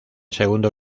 segundo